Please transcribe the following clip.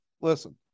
Listen